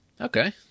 Okay